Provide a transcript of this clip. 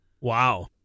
Wow